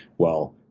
well,